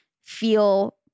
feel